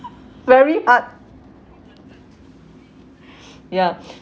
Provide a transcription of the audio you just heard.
very hard ya